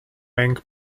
bank